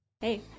Hey